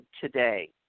today